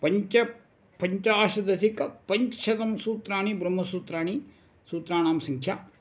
पञ्चपञ्चाशदधिकपञ्चशतं सूत्राणि ब्रह्मसूत्राणि सूत्राणां सङ्ख्या